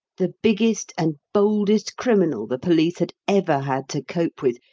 the biggest and boldest criminal the police had ever had to cope with,